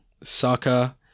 Saka